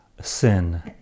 sin